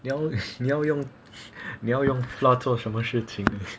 你要你要用你要用 flour 做什么事情啊